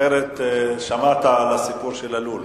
אחרת, שמעת על הסיפור של הלול.